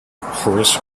horace